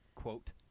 Quote